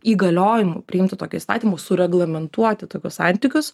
įgaliojimų priimti tokio įstatymo sureglamentuoti tokius santykius